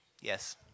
Yes